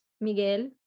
Miguel